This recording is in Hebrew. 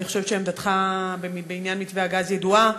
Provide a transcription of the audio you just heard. ואני חושבת שעמדתך בעניין מתווה הגז ידועה,